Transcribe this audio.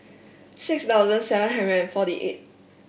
six thousand seven hundred and forty eighth